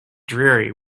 dreary